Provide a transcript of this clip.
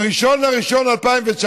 ב-1 בינואר 2019,